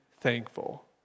thankful